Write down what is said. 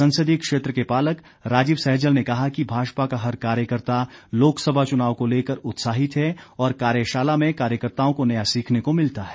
संसदीय क्षेत्र के पालक राजीव सहजल ने कहा कि भाजपा का हर कार्यकर्ता लोकसभा चुनाव को लेकर उत्साहित है और कार्यशाला में कार्यकर्ताओं को नया सीखने को मिलता है